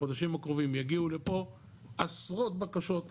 בחודשים הקרובים יגיעו לפה עשרות בקשות,